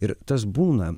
ir tas būna